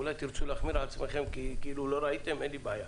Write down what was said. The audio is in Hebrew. אולי תרצו להחמיר עם עצמכם כאילו לא ראיתם אין לי בעיה.